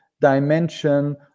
dimension